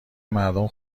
مردم